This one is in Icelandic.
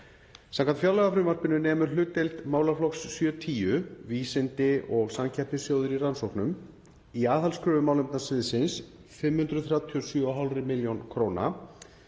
Samkvæmt fjárlagafrumvarpinu nemur hlutdeild málaflokks 7.10, Vísindi og samkeppnissjóðir í rannsóknum, í aðhaldskröfu málefnasviðsins 537,5 milljónum króna.